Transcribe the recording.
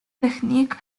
technique